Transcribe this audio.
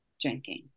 drinking